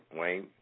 Wayne